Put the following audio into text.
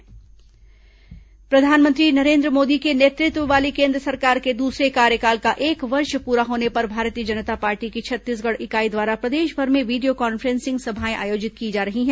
Bhajpa video conferencing सभा प्रधानमंत्री नरेन्द्र मोदी के नेतृत्व वाली केन्द्र सरकार के दूसरे कार्यकाल का एक वर्ष पूरा होने पर भारतीय जनता पार्टी की छत्तीसगढ़ इकाई द्वारा प्रदेशभर में वीडियो कॉन्फ्रेंसिंग सभाएं आयोजित की जा रही हैं